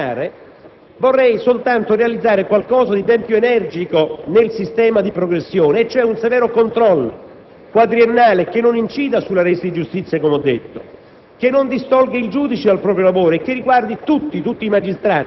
Vorrei - se consentito dal processo parlamentare - soltanto realizzare qualcosa di ben più energico nel sistema di progressione, cioè un severo controllo quadriennale che non incida sulla resa di giustizia, come ho detto,